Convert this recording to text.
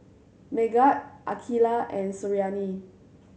Megat Aqilah and Suriani